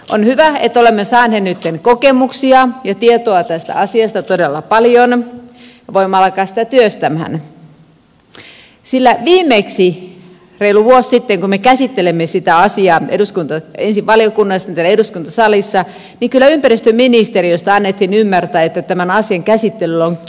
on hyvä että olemme saaneet nyt kokemuksia ja tietoa tästä asiasta todella paljon ja voimme alkaa sitä työstämään sillä viimeksi reilu vuosi sitten kun me käsittelimme sitä asiaa ensin valiokunnassa ja sitten täällä eduskuntasalissa ympäristöministeriöstä kyllä annettiin ymmärtää että tämän asian käsittelyllä on kiire